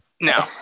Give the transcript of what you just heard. No